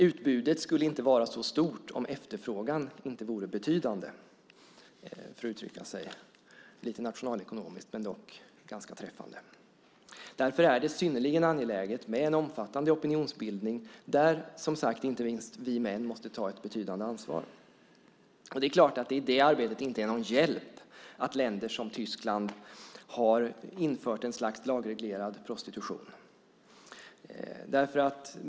Utbudet skulle inte vara så stort om efterfrågan inte vore betydande, för att uttrycka sig lite nationalekonomiskt men dock ganska träffande. Därför är det synnerligen angeläget med en omfattande opinionsbildning där som sagt inte minst vi män måste ta ett betydande ansvar. Det är klart att det i det arbetet inte är någon hjälp att länder som Tyskland har infört ett slags lagreglerad prostitution.